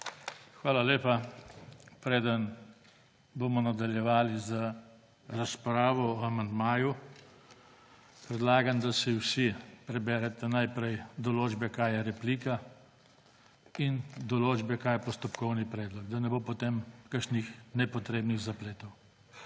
Hvala lepa. Preden bomo nadaljevali z razpravo o amandmaju, predlagam, da si vsi preberete najprej določbe, kaj je replika, in določbe, kaj je postopkovni predlog, da ne bo potem kakšnih nepotrebnih zapletov.